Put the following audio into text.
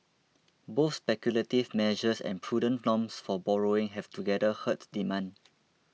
both speculative measures and prudent norms for borrowing have together hurts demand